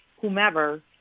whomever